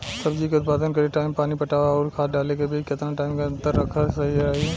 सब्जी के उत्पादन करे टाइम पानी पटावे आउर खाद डाले के बीच केतना टाइम के अंतर रखल सही रही?